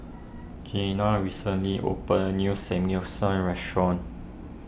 Keenan recently opened a new Samgyeopsal restaurant